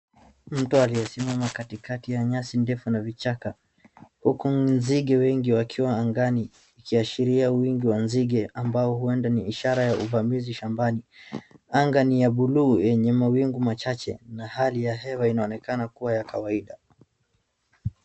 Mtu aliyesimama katikati ya nyasi ndefu na vichaka uku nzige wengi wakiwa angani ikiashiria wingi wa nzige ambao ueda ni ishara ya uvamizi shambani. Anga ni ya buluu yenye mawingu machache na hali ya hewa inaonekana kuwa ya kawaida.